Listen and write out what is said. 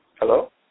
Hello